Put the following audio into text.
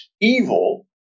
evil